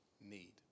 need